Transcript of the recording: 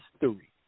history